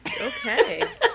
okay